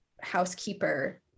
housekeeper